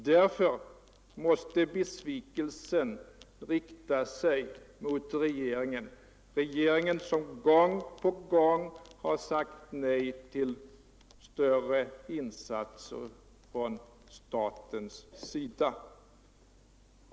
Därför måste besvikelsen rikta sig mot regeringen, som gång på gång har sagt nej till större insatser från statens sida.